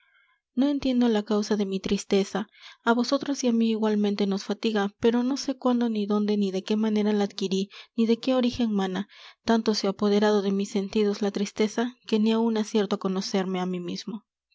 no entiendo la causa de mi tristeza á vosotros y á mí igualmente nos fatiga pero no sé cuándo ni dónde ni de qué manera la adquirí ni de qué orígen mana tanto se ha apoderado de mis sentidos la tristeza que ni áun acierto á conocerme á mí mismo